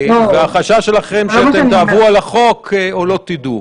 והחשש שלכם הוא שאתם תעברו על החוק או לא תדעו.